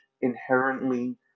inherently